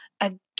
Again